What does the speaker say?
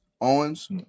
Owens